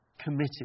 Committed